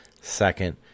second